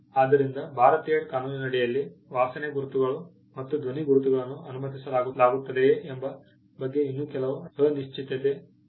ಆದ್ದರಿಂದ ಭಾರತೀಯ ಕಾನೂನಿನಡಿಯಲ್ಲಿ ವಾಸನೆ ಗುರುತುಗಳು ಮತ್ತು ಧ್ವನಿ ಗುರುತುಗಳನ್ನು ಅನುಮತಿಸಲಾಗುತ್ತದೆಯೇ ಎಂಬ ಬಗ್ಗೆ ಇನ್ನೂ ಕೆಲವು ಅನಿಶ್ಚಿತತೆ ಇದೆ